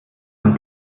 kann